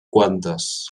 quantes